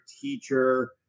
teacher